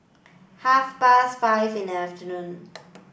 half past five in the afternoon